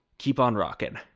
keep on rockin'.